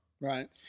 Right